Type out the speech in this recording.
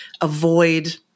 avoid